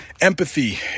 empathy